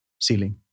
ceiling